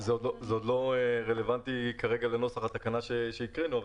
זה לא רלוונטי כרגע לנוסח התקנה שקראנו,